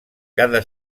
cada